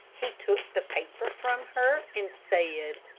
he took the paper from her, and said